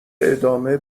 ادامه